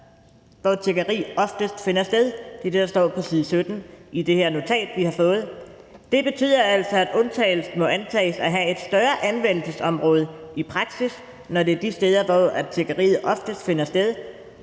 hvor tiggeri oftest finder sted – det er det, der står på side 17 i det notat, vi har fået – og det betyder altså, at undtagelsen må antages at have et større anvendelsesområde i praksis, når det er de steder, hvor tiggeriet oftest finder sted,